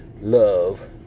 love